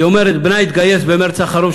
היא אומרת: בנה התגייס במרס האחרון,